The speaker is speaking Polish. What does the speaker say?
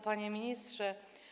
Panie Ministrze!